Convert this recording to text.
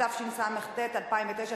התשס"ט 2009,